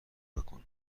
بکن